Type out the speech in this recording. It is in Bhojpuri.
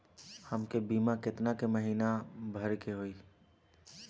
हमके बीमा केतना के महीना भरे के होई?